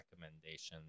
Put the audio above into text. recommendations